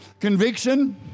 Conviction